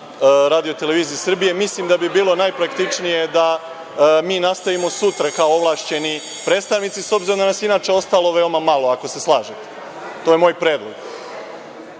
prenosi na RTS-u, mislim da bi bilo najpraktičnije da mi nastavimo sutra kao ovlašćeni predstavnici, s obzirom da nas je inače ostalo veoma malo, ako se slažete. To je moj predlog.